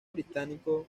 británico